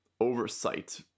oversight